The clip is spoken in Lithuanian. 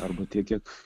arba tiek kiek